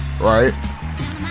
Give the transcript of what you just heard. Right